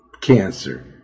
cancer